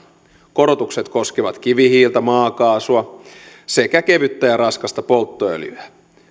korotukset koskevat kivihiiltä maakaasua sekä kevyttä ja raskasta polttoöljyä